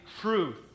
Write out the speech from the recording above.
truth